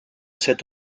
cet